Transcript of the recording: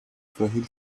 frágil